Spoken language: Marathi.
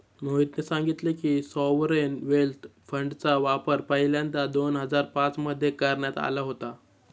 मोहितने सांगितले की, सॉवरेन वेल्थ फंडचा वापर पहिल्यांदा दोन हजार पाच मध्ये करण्यात आला होता